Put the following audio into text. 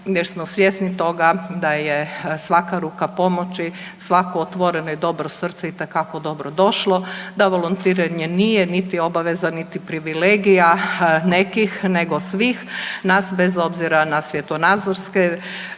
jer smo svjesni toga da je svaka ruka pomoći, svako otvoreno i dobro srce itekako dobrodošlo, da volontiranje nije niti obaveza niti privilegija nekih nego svih nas bez obzira na svjetonazorske,